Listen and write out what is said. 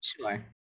Sure